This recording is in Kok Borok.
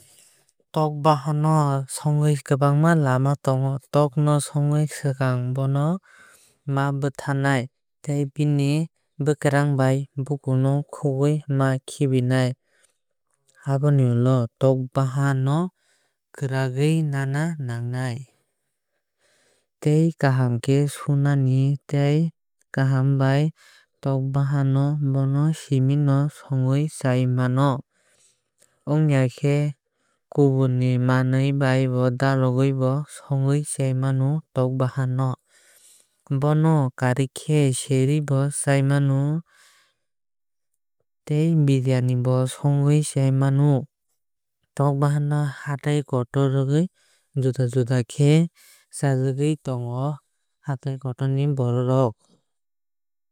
Tok bahan no songnani kwbangma lama tongo. Tok no songnani swkang bono ma bwtharnai tei bini bwkrang ba bukur no khugui ma khibinai. Aboni ulo tok bahan no kwragwui nana nangnai tei kaham khe ma suina tui kaham bai. Tok bahan no bono siming bo songui chaui mano. Ongyakhe kubuini manwui bai dalugwui bo songwui chai mano tok bahan no. Bono kwrankhe serwui bo chaiui mano tei birayani bo songwui chaui mano. Tok bahan no hatai kotor rwgui juda juda khe chajagwui tongo hatai kotor ni borok rok.